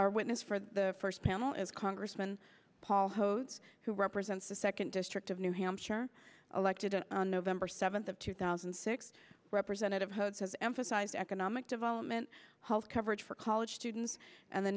our witness for the first panel is congressman paul hodes who represents the second district of new hampshire elected on november seventh of two thousand and six representative hodes has emphasized economic development health coverage for college students and the